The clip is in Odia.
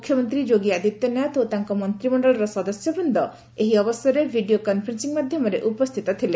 ମୁଖ୍ୟମନ୍ତ୍ରୀ ଯୋଗୀ ଆଦିତ୍ୟନାଥ ଓ ତାଙ୍କ ମନ୍ତ୍ରିମଣ୍ଡଳର ସଦସ୍ୟବୃନ୍ଦ ଏହି ଅବସରରେ ଭିଡିଓ କନ୍ଫରେନ୍ସିଂ ମାଧ୍ୟମରେ ଉପସ୍ଥିତ ଥିଲେ